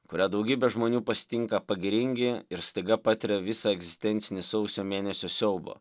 kurią daugybė žmonių pasitinka pagiringi ir staiga patiria visą egzistencinį sausio mėnesio siaubą